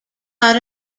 got